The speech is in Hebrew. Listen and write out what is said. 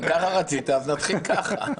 נתחיל ככה,